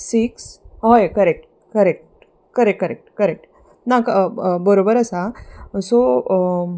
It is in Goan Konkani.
सिक्स हय correct correct correct correct correct ना बरोबर आसा सो